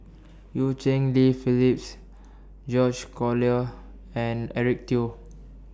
EU Cheng Li Phillips George Collyer and Eric Teo